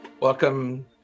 welcome